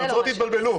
היוצרות התבלבלו.